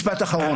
משפט אחרון.